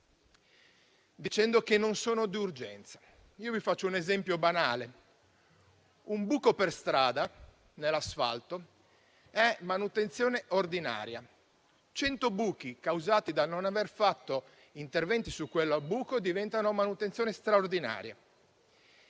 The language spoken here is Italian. aggiungendo che non sono d'urgenza. Io vi faccio un esempio banale: un buco per strada nell'asfalto è manutenzione ordinaria. Cento buchi, causati dal non aver fatto interventi su quel buco, diventano manutenzione straordinaria.